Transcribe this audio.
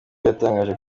yatangaje